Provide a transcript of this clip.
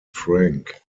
frank